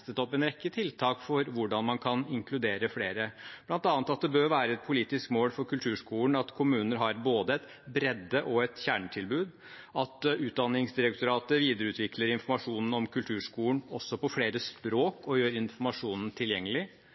opp en rekke tiltak for hvordan man kan inkludere flere, bl.a. at det bør være et politisk mål for kulturskolen at kommuner har både et breddetilbud og et kjernetilbud, at Utdanningsdirektoratet videreutvikler informasjonen om kulturskolen, også på flere språk, og gjør informasjonen tilgjengelig,